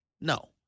No